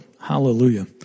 Hallelujah